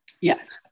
Yes